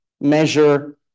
measure